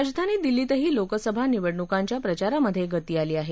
राजधानी दिल्लीतही लोकसभा निवडणुकांच्या प्रचारामधे गती आली आहे